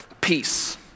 peace